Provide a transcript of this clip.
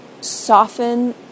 Soften